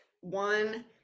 One